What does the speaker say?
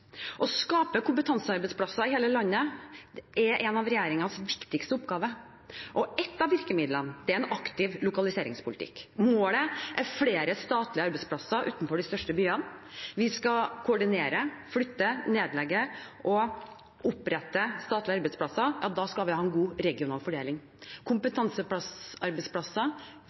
Å skape kompetansearbeidsplasser i hele landet er en av regjeringens viktigste oppgaver. Ett av virkemidlene er en aktiv lokaliseringspolitikk. Målet er flere statlige arbeidsplasser utenfor de største byene. Vi skal koordinere flytting, nedleggelse og opprettelse av statlige arbeidsplasser, så vi får en god regional fordeling.